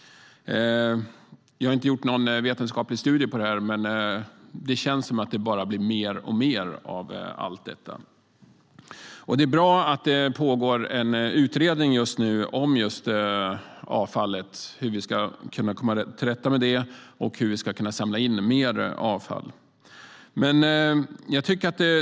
Jag har inte gjort någon vetenskaplig studie på detta, men det känns som om det bara blir mer och mer av allt detta. Det är bra att det just nu pågår en utredning om just avfallet och om hur vi ska kunna komma till rätta med det och hur vi ska kunna samla in mer avfall.